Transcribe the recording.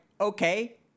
okay